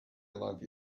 love